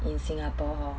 in singapore